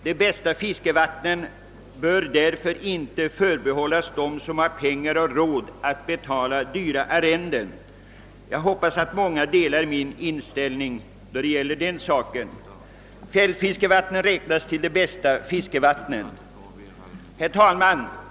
De bästa fiskevattnen bör därför inte förbehållas dem som har råd att betala dyra arrenden. Jag hoppas att många delar denna min inställning. Fjällfiskevattnen räknas till de bästa fiskevattnen. Herr talman!